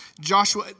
Joshua